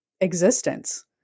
existence